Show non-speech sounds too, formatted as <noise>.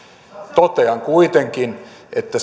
totean kuitenkin että <unintelligible>